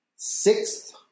Sixth